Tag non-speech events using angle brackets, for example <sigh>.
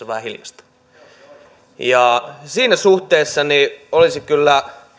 <unintelligible> vähän hiljaista siinä suhteessa olisi kyllä